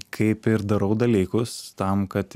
kaip ir darau dalykus tam kad